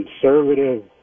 conservative